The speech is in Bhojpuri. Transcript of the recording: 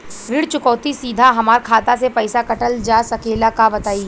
ऋण चुकौती सीधा हमार खाता से पैसा कटल जा सकेला का बताई जा?